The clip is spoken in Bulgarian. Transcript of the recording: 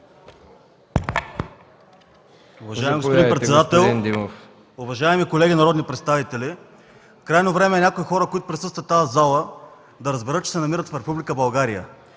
уважаеми колеги народни представители! Крайно време е някои хора, които присъстват в тази зала, да разберат, че се намират в